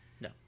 No